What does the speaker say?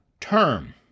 term